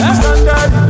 standard